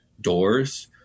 doors